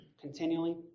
Continually